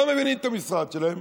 לא מבינים את המשרד שלהם,